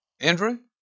Andrew